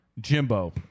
Jimbo